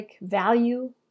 value